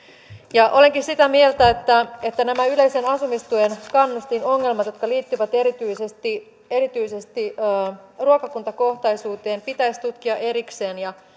olenkin sitä mieltä että että nämä yleisen asumistuen kannustinongelmat jotka liittyvät erityisesti erityisesti ruokakuntakohtaisuuteen pitäisi tutkia erikseen ja